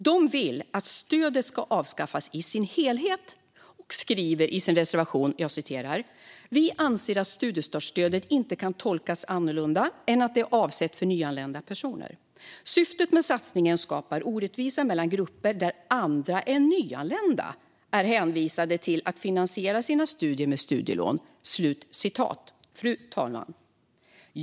De vill att stödet ska avskaffas i sin helhet och skriver i sin reservation: "Vi anser att studiestartsstödet inte kan tolkas annorlunda än att det är avsett för nyanlända personer. Syftet med satsningen skapar orättvisa mellan grupper där andra än nyanlända är hänvisade till att finansiera sina studier med studielån." Fru talman!